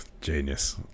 genius